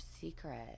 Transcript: secret